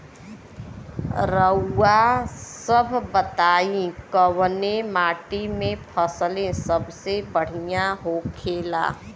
रउआ सभ बताई कवने माटी में फसले सबसे बढ़ियां होखेला?